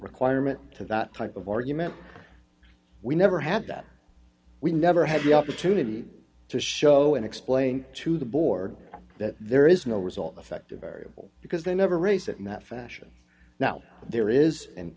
requirement to that type of argument we never had that we never had the opportunity to show and explain to the board that there is no result effect a variable because they never raise it in that fashion now there is and